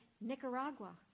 Nicaragua